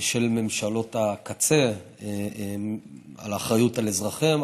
של ממשלות הקצה על אזרחיהן,